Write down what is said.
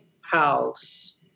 house